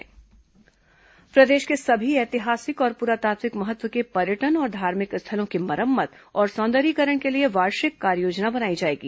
राम वनगमन प्रदेश के सभी ऐतिहासिक और पुरातात्विक महत्व के पर्यटन और धार्मिक स्थलों की मरम्मत और सौंदर्यीकरण के लिए वार्षिक कार्ययोजना बनाई जाएगी